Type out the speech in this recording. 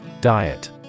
Diet